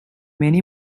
many